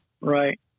Right